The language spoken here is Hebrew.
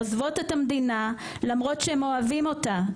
עוזבים את המדינה למרות שהם אוהבים אותה,